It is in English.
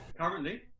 Currently